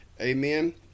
Amen